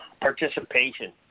Participation